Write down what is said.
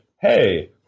hey